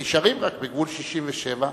שנשארים רק בגבול 67',